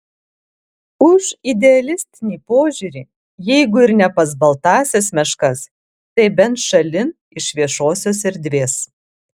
už idealistinį požiūrį jeigu ir ne pas baltąsias meškas tai bent šalin iš viešosios erdvės